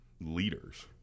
leaders